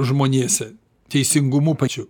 žmonėse teisingumu pačiu